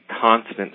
constant